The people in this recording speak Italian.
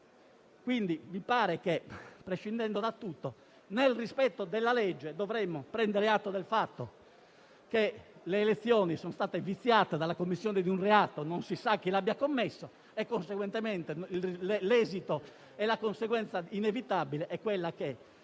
Quindi mi pare che, prescindendo da tutto, nel rispetto della legge dovremmo prendere atto del fatto che le elezioni sono state viziate dalla commissione di un reato - non si sa chi lo abbia commesso - e conseguentemente l'esito inevitabile è che